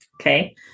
Okay